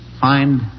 find